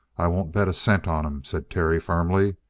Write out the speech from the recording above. i won't bet a cent on him, said terry firmly.